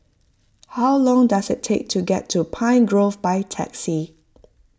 how long does it take to get to Pine Grove by taxi